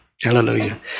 Hallelujah